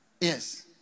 Yes